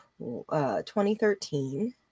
2013